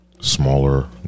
smaller